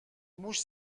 موش